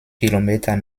kilometer